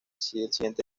siguiente